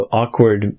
awkward